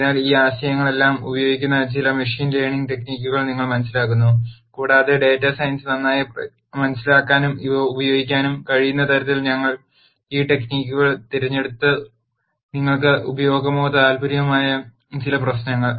അതിനാൽ ഈ ആശയങ്ങളെല്ലാം ഉപയോഗിക്കുന്ന ചില മെഷീൻ ലേണിംഗ് ടെക്നിക്കുകൾ നിങ്ങൾ മനസിലാക്കുന്നു കൂടാതെ ഡാറ്റാ സയൻസ് നന്നായി മനസിലാക്കാനും ഇവ ഉപയോഗിക്കാനും കഴിയുന്ന തരത്തിൽ ഞങ്ങൾ ഈ ടെക്നിക്കുകൾ തിരഞ്ഞെടുത്തു നിങ്ങൾക്ക് ഉപയോഗമോ താൽപ്പര്യമോ ആയ ചില പ്രശ്നങ്ങൾ